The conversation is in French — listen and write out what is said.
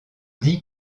dit